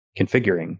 configuring